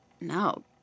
No